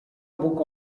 book